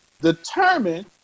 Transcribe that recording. determine